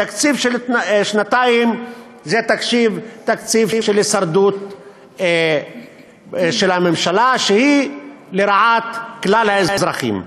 תקציב של שנתיים זה תקציב של הישרדות של הממשלה שהיא לרעת כלל האזרחים.